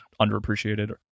underappreciated